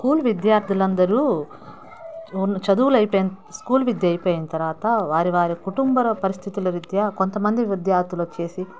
school విద్యార్థులందరూ చదువుల అయిపోయిన స్కూల్ విద్య అయిపోయిన తర్వాత వారి వారి కుటుంబర పరిస్థితుల రీత్య కొంత మంది విద్యార్థులు వచ్చేసి